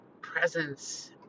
presence